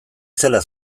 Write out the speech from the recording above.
zela